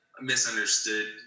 misunderstood